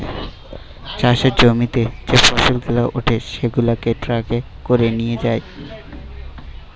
চাষের জমিতে যে ফসল গুলা উঠে সেগুলাকে ট্রাকে করে নিয়ে যায়